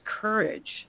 courage